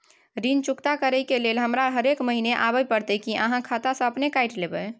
ऋण चुकता करै के लेल हमरा हरेक महीने आबै परतै कि आहाँ खाता स अपने काटि लेबै?